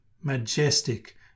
majestic